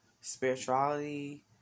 spirituality